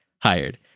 hired